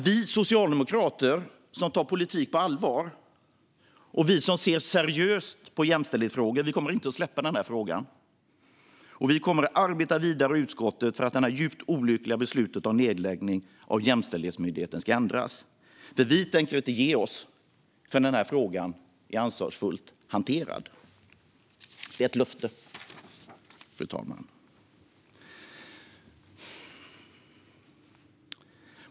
Vi socialdemokrater, som tar politik på allvar och ser seriöst på jämställdhetsfrågor, kommer inte att släppa den här frågan. Vi kommer att arbeta vidare i utskottet för att det djupt olyckliga beslutet om nedläggning av Jämställdhetsmyndigheten ska ändras. Vi tänker inte ge oss förrän frågan hanterats ansvarsfullt. Det är ett löfte, fru talman.